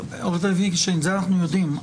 את זה אנחנו יודעים,